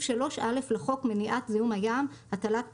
3(א) לחוק מניעת זיהום הים (הטלת פסולת),